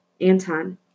Anton